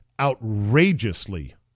outrageously